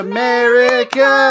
America